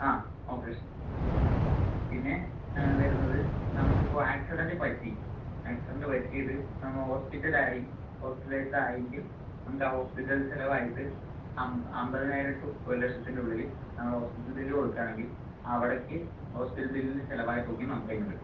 ആ ഓപ്പറേഷൻ പിന്നെ വരുന്നത് നമുക്കിപ്പോൾ ആക്സിഡന്റ് പറ്റി ആക്സിഡന്റ് പറ്റിയിട്ട് നമ്മൾ ഹോസ്പിറ്റലായി ഹോസ്പിറ്റലൈസ്ഡ് ആയെങ്കിൽ നമുക്കാ ഹോസ്പിറ്റൽ ചിലവായിട്ട് അം അമ്പതിനായിരം ടു ഒരു ലക്ഷത്തിന്റുള്ളില് നമ്മള് ഹോസ്പിറ്റൽ ബില്ല് കൊടുക്കുവാണെങ്കിൽ അവിടെക്ക് ഹോസ്പിറ്റൽ ബില്ലിന് ചിലവായ തുകയും നമുക്ക് ക്ലെയിമും കിട്ടും